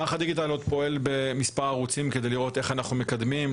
מערך הדיגיטל עוד פועל במספר ערוצים כדי לראות איך אנחנו מקדמים.